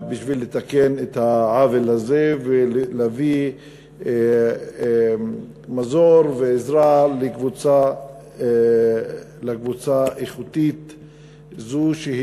בשביל לתקן את העוול הזה ולהביא מזור ועזרה לקבוצה איכותית זו,